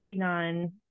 on